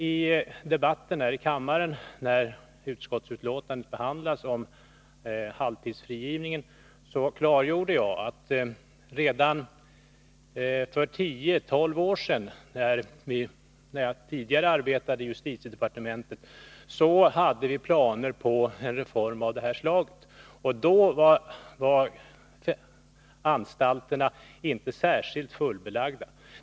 I debatten här i kammaren, när utskottsbetänkandet om halvtidsfrigivningen behandlades, klargjorde jag att redan för tio tolv år sedan, då jag arbetade i justitiedepartementet, hade vi planer på en reform av det här slaget, och då var anstalterna inte särskilt fullbelagda.